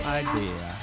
idea